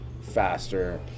faster